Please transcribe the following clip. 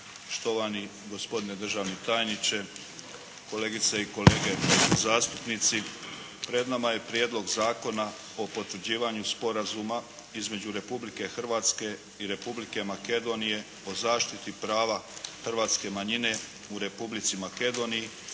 štovani gospodine državni tajniče, kolegice i kolege zastupnici! Pred nama je Prijedlog Zakona o potvrđivanju Sporazuma između Republike Hrvatske i Republike Makedonije o zaštiti prava hrvatske manjine u Republici Makedoniji